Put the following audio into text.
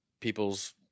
people's